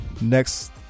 next